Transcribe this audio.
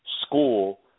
school